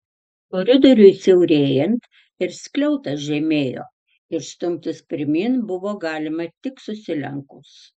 koridoriui siaurėjant ir skliautas žemėjo ir stumtis pirmyn buvo galima tik susilenkus